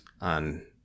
on